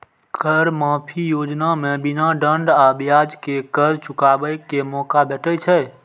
कर माफी योजना मे बिना दंड आ ब्याज के कर चुकाबै के मौका भेटै छै